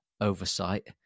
oversight